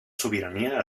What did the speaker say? sobirania